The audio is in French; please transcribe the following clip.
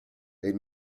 est